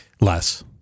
Less